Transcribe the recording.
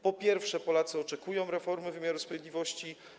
Po pierwsze, Polacy oczekują reformy wymiaru sprawiedliwości.